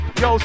yo